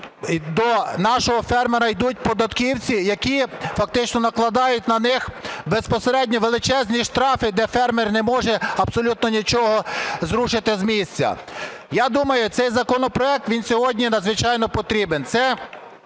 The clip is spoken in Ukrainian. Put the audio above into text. до нашого фермера йдуть податківці, які фактично накладають на них безпосередньо величезні штрафи, де фермер не може абсолютно нічого зрушити з місця. Я думаю, цей законопроект він сьогодні надзвичайно потрібен,